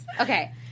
Okay